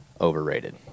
overrated